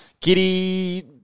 Giddy